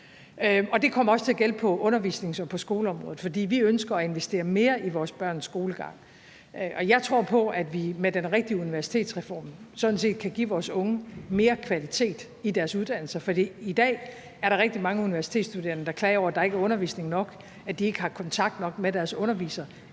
det kommer også til at gælde på undervisnings- og skoleområdet. For vi ønsker at investere mere i vores børns skolegang, og jeg tror på, at vi med den rigtige universitetsreform sådan set kan give vores unge mere kvalitet i deres uddannelser. For i dag er der rigtig mange universitetsstuderende, der klager over, at der ikke er undervisning nok, at de ikke har nok kontakt med deres undervisere,